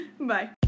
Bye